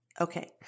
Okay